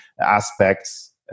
aspects